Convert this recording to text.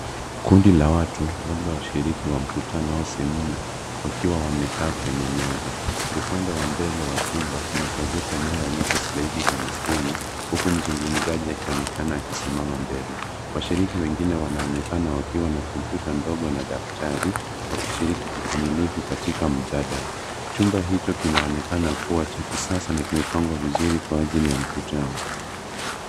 Kundi la watu labda washiriki wa mkutano au semina wakiwa wamekaa kwenye meza. Upande wa mbele wa chumba kuna projekta inayoonyesha slaidi kwenye skrini, huku mzungumzaji akionekana akisimama mbele. Washiriki wengine wanaonekana wakiwa na kompyuta ndogo na daftari wakishiriki kikamilifu katika mjadala. Chumba hicho kinaonekana kuwa cha kisasa na kimepangwa vizuri kwa ajili ya mkutano.